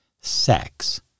sex